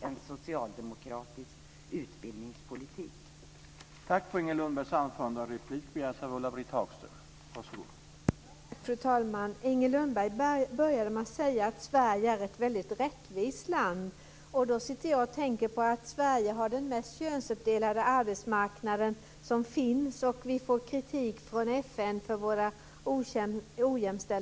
En socialdemokratisk utbildningspolitik sviker aldrig dem.